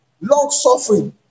long-suffering